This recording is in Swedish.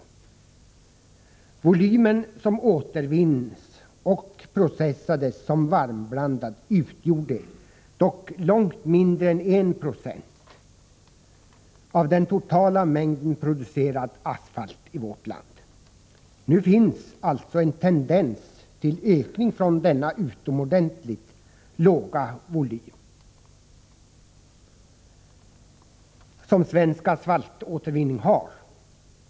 Den volym som återvinns och processas som varmblandad utgör dock långt mindre än 1 96 av den totala mängden producerad asfalt i vårt land. Nu finns alltså en tendens till ökning från denna utomordentligt låga volym som svensk asfaltåtervinning har.